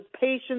patients